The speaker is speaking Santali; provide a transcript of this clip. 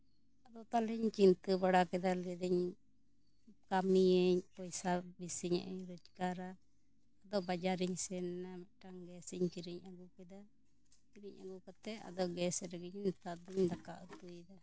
ᱛᱟᱦᱚᱞᱮᱧ ᱪᱤᱱᱛᱟᱹ ᱵᱟᱲᱟ ᱠᱮᱫᱟ ᱟᱨᱤᱧ ᱠᱟᱹᱢᱤᱭᱟᱹᱧ ᱯᱚᱭᱥᱟ ᱵᱮᱥᱤ ᱧᱚᱜ ᱤᱧ ᱨᱳᱡᱽ ᱜᱟᱨᱟ ᱟᱫᱚ ᱵᱟᱡᱟᱨ ᱤᱧ ᱥᱮᱱ ᱱᱟ ᱢᱤᱫᱴᱟᱝ ᱜᱮᱥ ᱤᱧ ᱠᱤᱨᱤᱧ ᱟᱹᱜᱩ ᱠᱮᱫᱟ ᱠᱤᱨᱤᱧ ᱟᱹᱜᱩ ᱠᱟᱛᱮᱜ ᱟᱫᱚ ᱜᱮᱥᱨᱮᱧ ᱱᱮᱛᱟᱨ ᱫᱚᱧ ᱫᱟᱠᱟ ᱩᱛᱩᱭᱟ